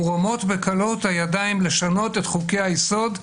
מורמות בקלות הידיים לשנות את חוקי היסוד,